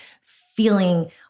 feeling